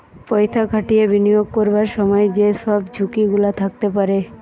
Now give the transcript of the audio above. পয়সা খাটিয়ে বিনিয়োগ করবার সময় যে সব ঝুঁকি গুলা থাকতে পারে